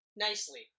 nicely